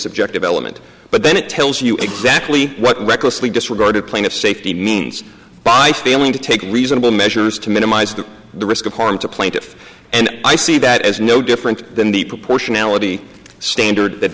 subjective element but then it tells you exactly what recklessly disregarded plaintiff's safety means by failing to take reasonable measures to minimize the risk of harm to plaintiff and i see that as no different than the proportionality standard that